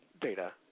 data